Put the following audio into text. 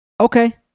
Okay